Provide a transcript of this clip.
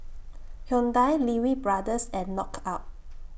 Hyundai Lee Wee Brothers and Knockout